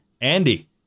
Andy